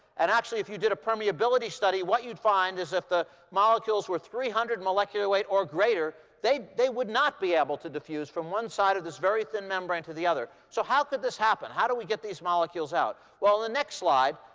and actually, if you did a permeability study, what you'd find is if the molecules were three hundred molecular weight or greater, they they would not be able to diffuse from one side of this very thin membrane to the other. so how could this happen? how do we get these molecules out? well, in the next slide,